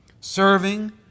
Serving